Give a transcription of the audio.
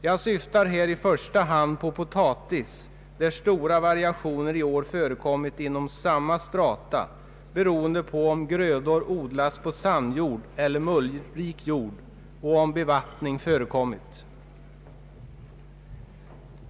Jag syftar här i första hand på potatis, där stora variationer i år förekommit inom samma strata beroende på om grödan odlats på sandjord eller mullrik jord och om bevattning förekommit.